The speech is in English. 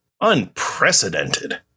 Unprecedented